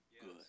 good